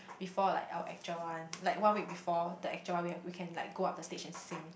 before like our actual one like one week before the actual one we have we can like go up the stage and sing